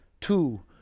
two